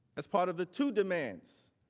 as part of the two demands